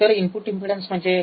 तर input impedance म्हणजे काय